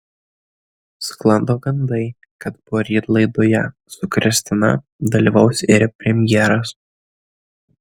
sklando gandai kad poryt laidoje su kristina dalyvaus ir premjeras